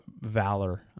valor